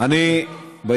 איפה הסוכריות?